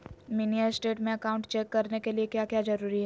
Mini state में account check करने के लिए क्या क्या जरूरी है?